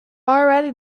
already